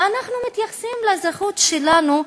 ואנחנו מתייחסים לאזרחות שלנו,